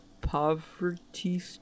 poverty